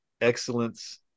excellence